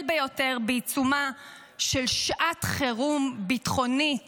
ביותר בעיצומה של שעת חירום ביטחונית